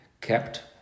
kept